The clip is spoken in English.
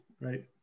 right